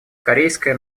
корейская